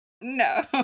no